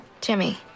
Jimmy